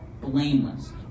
blameless